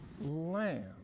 Lamb